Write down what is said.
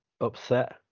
upset